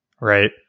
right